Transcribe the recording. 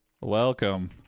Welcome